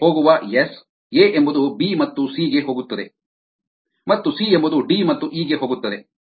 A ಗೆ ಹೋಗುವ S A ಎಂಬುದು ಬಿ ಮತ್ತು ಸಿ ಗೆ ಹೋಗುತ್ತದೆ ಮತ್ತು ಸಿ ಎಂಬುದು ಡಿ ಮತ್ತು ಇ ಗೆ ಹೋಗುತ್ತದೆ